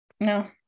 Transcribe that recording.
no